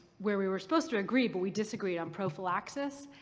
where we were supposed to agree, but we disagreed on prophylaxis.